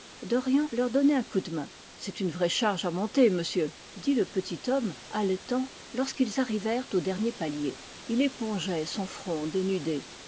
dorian leur donnait un coup de main c'est une vraie charge à monter monsieur dit le petit homme haletant lorsqu'ils arrivèrent au dernier palier il épongeait son front dénudé